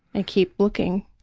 and keep looking.